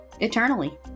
Eternally